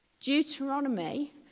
Deuteronomy